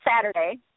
Saturday